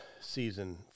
season